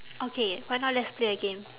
okay why not let's play a game